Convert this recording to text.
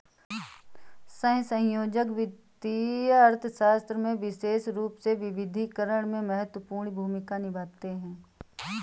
सहसंयोजक वित्तीय अर्थशास्त्र में विशेष रूप से विविधीकरण में महत्वपूर्ण भूमिका निभाते हैं